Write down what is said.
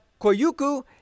Koyuku